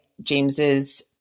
James's